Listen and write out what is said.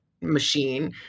machine